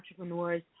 entrepreneurs